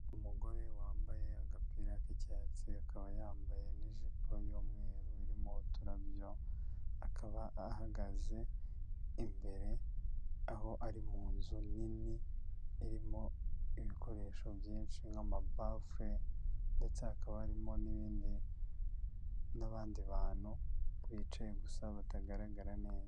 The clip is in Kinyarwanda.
Umugore wambaye agapira k'icyatsi akaba yambaye n'ijipo y'umweru irimo uturarabyo, akaba ahagaze imbere aho ari mu nzu nini irimo ibikoresho byinshi nk'amabafure, ndetse hakaba harimo n'abindi bantu bicaye gusa batagaragara neza.